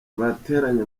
bateranye